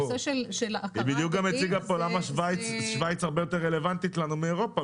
היא בדיוק הציגה כאן למה שוויץ הרבה יותר רלוונטית לנו מאירופה,